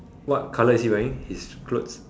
what colour is he wearing his clothes